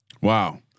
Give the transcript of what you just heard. Wow